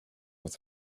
with